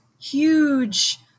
huge